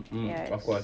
yes